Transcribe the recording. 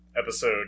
Episode